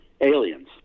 aliens